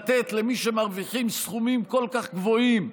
דווקא עכשיו לתת למי שמרוויחים סכומים כל כך גבוהים,